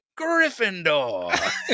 Gryffindor